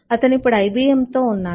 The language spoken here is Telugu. అతను ఇప్పుడు IBM తో ఉన్నాడు